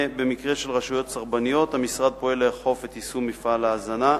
במקרה של רשויות סרבניות המשרד פועל לאכוף את יישום מפעל ההזנה.